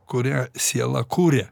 kurią siela kuria